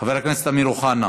חבר הכנסת אמיר אוחנה,